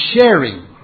sharing